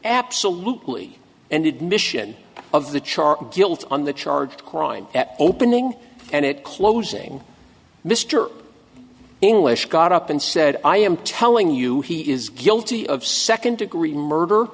absolutely and admission of the char guilt on the charge crime at opening and it closing mr english got up and said i am telling you he is guilty of second degree murder